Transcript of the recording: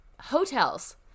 Hotels